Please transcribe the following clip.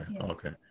okay